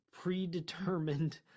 predetermined